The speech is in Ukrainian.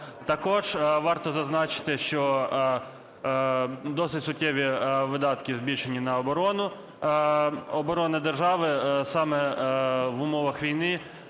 Також варто зазначити, що досить суттєво видатки збільшені на оборону. Оборона держави саме в умовах війни